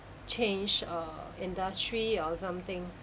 change err industry or something